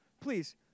please